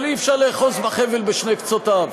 אבל אי-אפשר לאחוז בחבל בשני קצותיו.